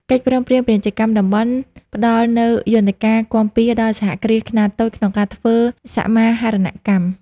កិច្ចព្រមព្រៀងពាណិជ្ជកម្មតំបន់ផ្ដល់នូវយន្តការគាំពារដល់សហគ្រាសខ្នាតតូចក្នុងការធ្វើសមាហរណកម្ម។